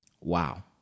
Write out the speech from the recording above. Wow